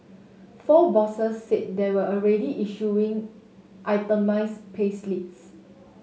four bosses said they were already issuing itemised payslips